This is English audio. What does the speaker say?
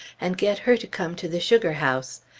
and get her to come to the sugar-house.